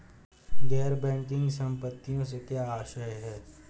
गैर बैंकिंग संपत्तियों से क्या आशय है?